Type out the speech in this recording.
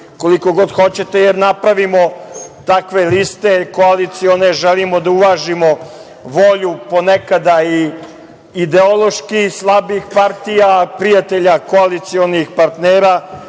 koliko god hoćete jer napravimo takve liste, koalicione, želimo da uvažimo volju ponekada i ideološki slabih partija, prijatelja, koalicionih partnera